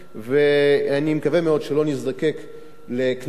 אני מקווה מאוד שלא נזדקק לכנסת,